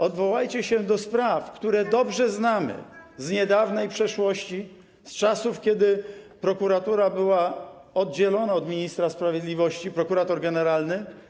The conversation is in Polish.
Odwołajcie się do spraw, które dobrze znamy z niedawnej przeszłości, z czasów, kiedy prokuratura była oddzielona od ministra sprawiedliwości, prokurator generalny.